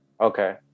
Okay